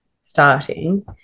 starting